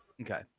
Okay